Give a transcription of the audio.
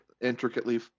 intricately